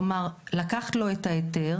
כלומר, לקחת לו את ההיתר,